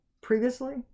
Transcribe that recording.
previously